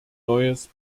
neues